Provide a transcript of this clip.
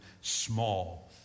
small